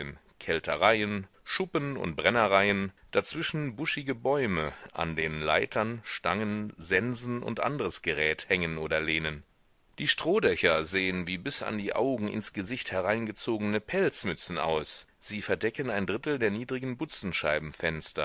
keltereien schuppen und brennereien dazwischen buschige bäume an denen leitern stangen sensen und andres gerät hängen oder lehnen die strohdächer sehen wie bis an die augen ins gesicht hereingezogene pelzmützen aus sie verdecken ein drittel der niedrigen